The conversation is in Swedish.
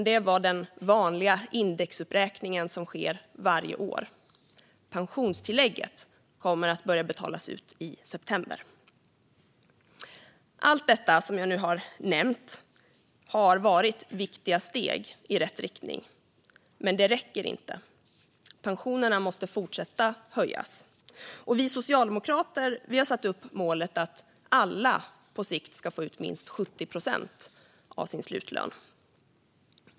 Det var den vanliga indexuppräkning som sker varje år. Pensionstillägget kommer att börja betalas ut i september. Allt det som jag nu har nämnt har varit viktiga steg i rätt riktning, men det räcker inte. Pensionerna måste fortsätta att höjas, och vi socialdemokrater har satt målet att alla på sikt ska få ut minst 70 procent av sin slutlön.